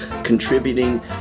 contributing